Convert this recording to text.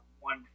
one